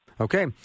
Okay